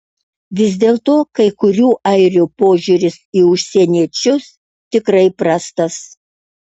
vis dėlto kai kurių airių požiūris į užsieniečius tikrai prastas